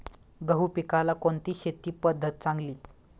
गहू पिकाला कोणती शेती पद्धत चांगली?